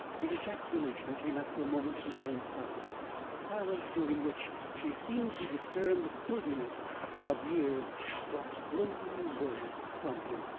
the ejaculation came after a moment of intense silence a silence during which she seemed to discern the sturdiness of years drop slowly away from him.